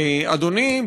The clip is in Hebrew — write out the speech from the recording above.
אדוני,